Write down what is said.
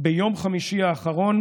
ביום חמישי האחרון